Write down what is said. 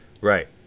Right